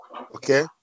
Okay